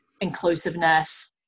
inclusiveness